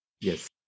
Yes